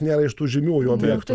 nėra iš tų žymiųjų objektų